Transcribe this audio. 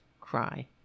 cry